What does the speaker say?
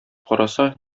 караса